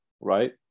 right